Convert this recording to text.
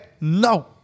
no